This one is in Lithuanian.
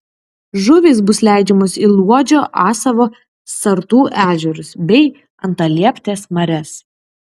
žuvys bus leidžiamos į luodžio asavo sartų ežerus bei antalieptės marias